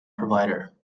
provider